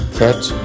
catch